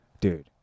dude